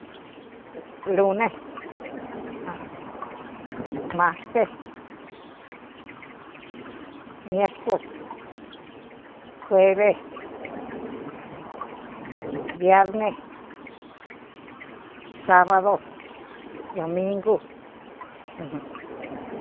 Lune marte mierco juebe bierne sábado domingu.